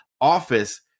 office